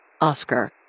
Oscar